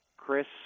Chris